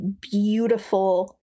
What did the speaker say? beautiful